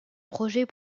projet